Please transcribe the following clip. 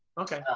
okay.